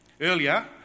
Earlier